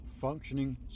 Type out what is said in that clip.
functioning